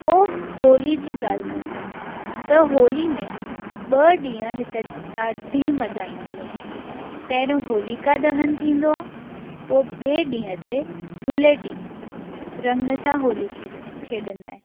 पोइ होली जी ॻाल्हि कयां त होली में ॿ ॾींअं हिते ॾाढी मज़ा ईंदी आहे पहिरियों होलिका दहनि थींदो आहे पोइ ॿिए ॾींहं ते धुलेटी रंग सां होली खेलन खेॾंदा आहिनि